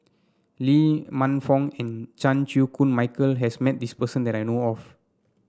Lee Man Fong and Chan Chew Koon Michael has met this person that I know of